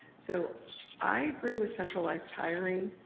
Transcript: so i agree with centralized hiring,